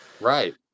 Right